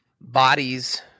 Bodies